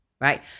right